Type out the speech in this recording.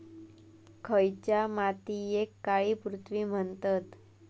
खयच्या मातीयेक काळी पृथ्वी म्हणतत?